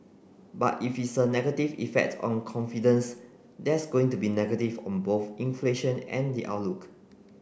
but if it's a negative effect on confidence that's going to be negative on both inflation and the outlook